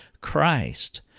Christ